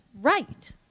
right